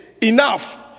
Enough